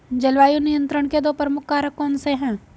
जलवायु नियंत्रण के दो प्रमुख कारक कौन से हैं?